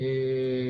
אדוני.